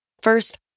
First